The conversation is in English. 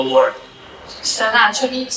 Lord